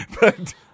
But-